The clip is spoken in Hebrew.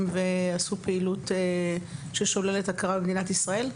שעשו פעילות ששוללת את ההכרה במדינת ישראל,